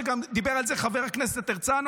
וגם דיבר על זה חבר הכנסת הרצנו,